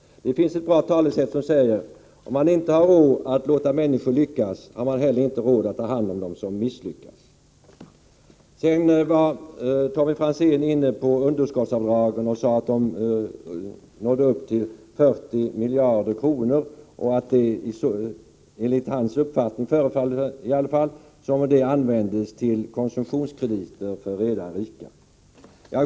Det finns ett bra talesätt som säger: Har man inte råd att låta människor lyckas, har man inte heller råd att ta hand om dem som misslyckas. Sedan kom Tommy Franzén in på underskotten och sade att de uppgick till 40 miljarder kronor. Det föreföll som om Tommy Franzén menade att dessa pengar används till konsumtionskrediter för redan rika människor.